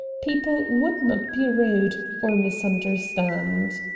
people would not be rude, or misunderstand.